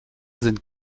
sind